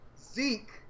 Zeke